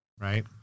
right